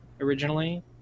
originally